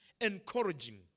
encouraging